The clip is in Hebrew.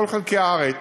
בכל חלקי הארץ,